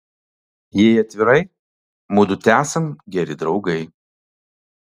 jei atvirai mudu tesam geri draugai